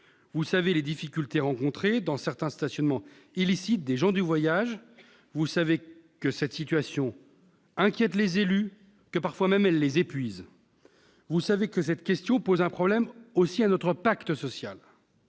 Vous savez les difficultés suscitées par certains stationnements illicites des gens du voyage, vous savez que cette situation inquiète les élus, parfois même les épuise. Vous savez aussi que cette question pose problème au regard de notre pacte social.